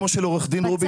כמו של עו"ד רובין,